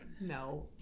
No